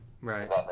Right